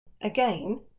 Again